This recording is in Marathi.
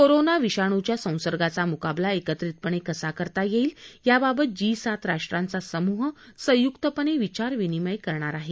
कोरोना विषाणूच्या संसर्गाचा मुकाबला एकत्रितपणे कसा करता येईल याबाबत जी सात राष्ट्रांचा समूह संयुक्तपणे विचारविनिमय करणार आहे